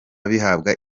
bihabwa